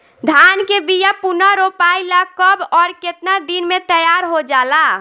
धान के बिया पुनः रोपाई ला कब और केतना दिन में तैयार होजाला?